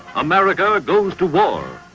america goes to war.